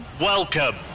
Welcome